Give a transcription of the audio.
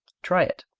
try it.